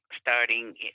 starting